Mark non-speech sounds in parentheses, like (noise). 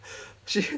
(noise) she